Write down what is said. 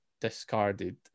discarded